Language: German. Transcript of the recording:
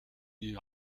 die